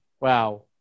Wow